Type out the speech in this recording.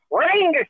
ring